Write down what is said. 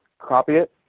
copy it,